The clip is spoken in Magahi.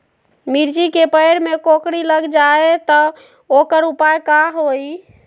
मिर्ची के पेड़ में कोकरी लग जाये त वोकर उपाय का होई?